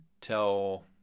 tell